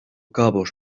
cabos